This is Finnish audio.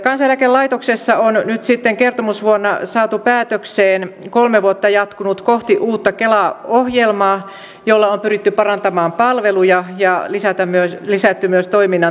kansaneläkelaitoksessa on nyt sitten kertomusvuonna saatu päätökseen kolme vuotta jatkunut kohti uutta kelaa ohjelma jolla on pyritty parantamaan palveluja ja lisätty myös toiminnan tehokkuutta